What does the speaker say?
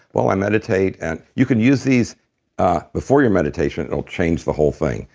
well i meditate. and you can use these before your meditation. it'll change the whole thing.